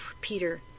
Peter